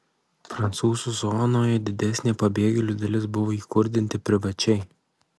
prancūzų zonoje didesnė pabėgėlių dalis buvo įkurdinti privačiai